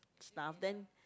stuff then